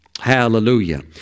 Hallelujah